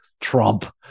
Trump